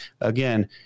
Again